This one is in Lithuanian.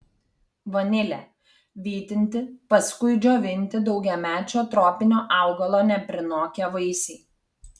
vanilė vytinti paskui džiovinti daugiamečio tropinio augalo neprinokę vaisiai